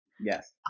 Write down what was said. Yes